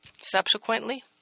Subsequently